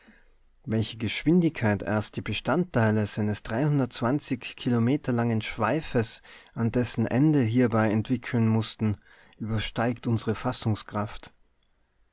welche geschwindigkeit erst die bestandteile seines kilometer langen schweifes an dessen ende hiebei entwickeln mußten übersteigt unsre